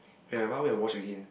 we have one we will wash again